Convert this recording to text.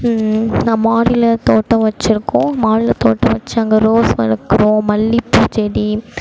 நான் மாடியில் தோட்டம் வச்சுருக்கோம் மாடியில் தோட்டம் வச்சு அங்கே ரோஸ் வளக்கிறோம் மல்லிகைப்பூ செடி